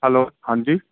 hello ہاں جی